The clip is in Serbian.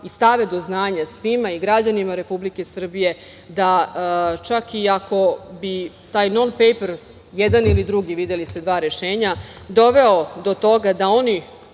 i stave do znanja svima i građanima Republike Srbije da čak iako bi taj "non pejper" jedan ili drugi, videli ste dva rešenja, doveo do toga da oni